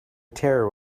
terror